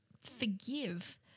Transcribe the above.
forgive